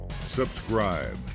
subscribe